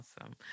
Awesome